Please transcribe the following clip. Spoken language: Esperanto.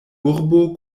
urbo